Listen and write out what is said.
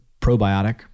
probiotic